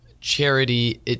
Charity